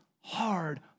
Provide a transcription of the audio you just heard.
hard